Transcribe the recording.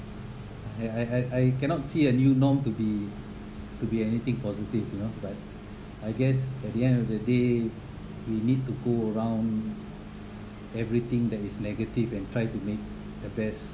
I I I cannot see a new norm to be to be anything positive you know but I guess at the end of the day we need to go around everything that is negative and try to make the best